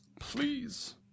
Please